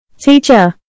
Teacher